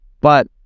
But-